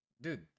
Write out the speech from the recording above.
Dude